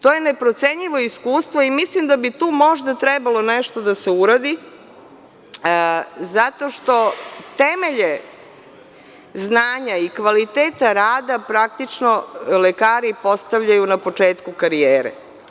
To je neprocenjivo iskustvo i mislim da bi tu možda trebalo nešto da se uradi zato što temelje znanja i kvaliteta rada praktično lekari postavljaju na početku karijere.